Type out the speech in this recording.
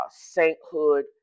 sainthood